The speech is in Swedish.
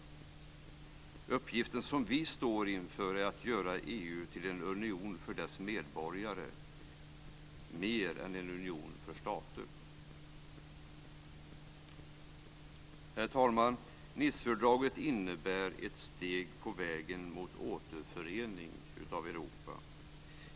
Den uppgift som vi står inför är att göra EU till en union för dess medborgare mer än en union av stater. Herr talman! Nicefördraget innebär ett steg på vägen mot återförening av Europa.